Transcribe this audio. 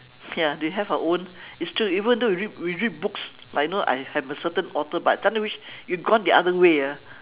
ya they have our own it's true even though we read we read books like you know I have a certain author but sometimes I wish you gone the other way ah